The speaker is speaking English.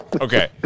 Okay